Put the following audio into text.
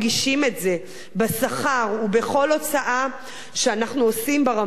בשכר ובכל הוצאה שאנחנו עושים ברמה החודשית.